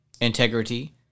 Integrity